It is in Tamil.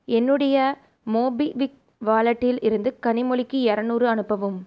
என்னுடைய மோபிக்விக் வாலட்டிலிருந்து கனிமொழிக்கு இரநூறு அனுப்பவும்